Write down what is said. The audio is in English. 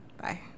Bye